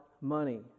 money